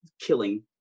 killing